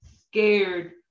scared